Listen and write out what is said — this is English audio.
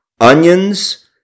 onions